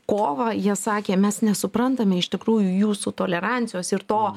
kovą jie sakė mes nesuprantame iš tikrųjų jūsų tolerancijos ir to